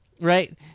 Right